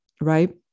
Right